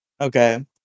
Okay